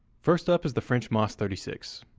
first up is the french mas thirty six.